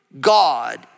God